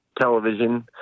television